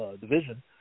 Division